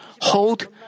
hold